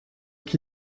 qui